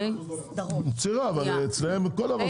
יצירה, אבל אצלם כל דבר זה הפקת מקור, מה?